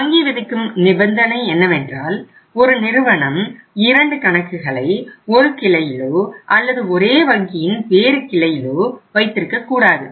வங்கி விதிக்கும் நிபந்தனை என்னவென்றால் ஒரு நிறுவனம் இரண்டு கணக்குகளை ஒரே கிளையிலோ அல்லது ஒரே வங்கியின் வேறு கிளையிலோ வைத்திருக்கக்கூடாது